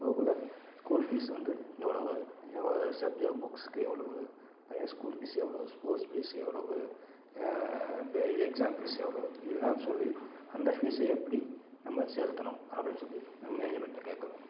போகக்குள்ள school fees வந்து இவ்வளோவு சப்ஜா புக்ஸ்க்கு எவ்வளோவு பையன் ஸ்கூல் ஃபீஸ் எவ்வளோவு ஸ்போர்ட்ஸ் ஃபீஸ் எவ்வளோவு பெ இது எக்ஸாம் ஃபீஸ் எவ்வளோவு இதெலாம் சொல்லி அந்த ஃபீஸை எப்படி நம்ம செலுத்தணும் அப்படின்னு சொல்லி நாம் மேனேஜுமெண்ட்டில் கேட்கறோம்